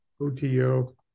OTO